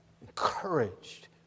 encouraged